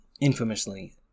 infamously